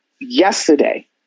yesterday